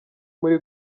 muri